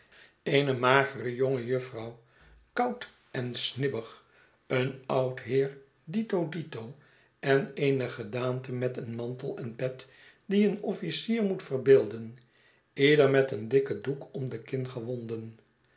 eene magere jonge jufvrouw koud en snibbig een oud heer dito dito en eene gedaante met een mantel en pet die een officier moet verbeelden ieder met een dikken doek om de kin gewonden